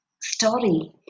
story